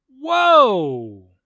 Whoa